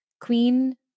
queen